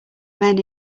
men